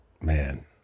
man